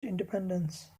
independence